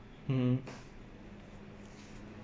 mmhmm